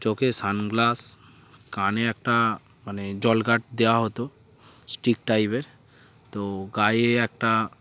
চোখে সানগ্লাস কানে একটা মানে জল গার্ড দেওয়া হতো স্টিক টাইপের তো গায়ে একটা